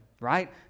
right